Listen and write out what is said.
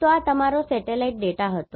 તો આ તમારો સેટેલાઇટ ડેટા હતો